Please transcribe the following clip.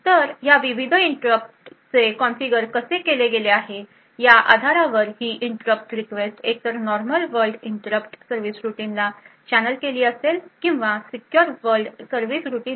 तर या विविध इंटरप्ट चे कॉन्फिगर कसे केले गेले या आधारावर ही इंटरप्ट रिक्वेस्ट एकतर normal world interrupt service routine ला चॅनेल केली असेल किंवा सीक्युर वर्ल्ड सर्विस रुटीन ला